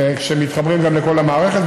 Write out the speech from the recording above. שמתחברים לכל המערכת,